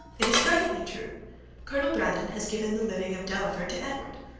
it is perfectly true colonel brandon has given the living of delaford to edward.